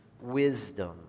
wisdom